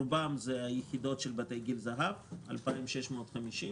רובן יחידות של בתי גיל זהב, 2,650 מהן.